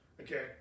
Okay